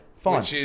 Fine